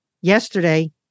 yesterday